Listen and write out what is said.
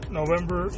November